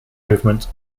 movement